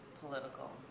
political